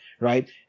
right